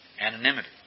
Anonymity